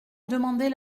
demander